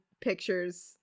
pictures